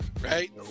Right